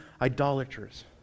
idolaters